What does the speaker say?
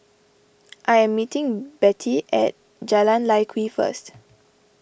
I am meeting Bette at Jalan Lye Kwee first